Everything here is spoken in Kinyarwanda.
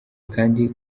kandi